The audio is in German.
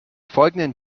folgenden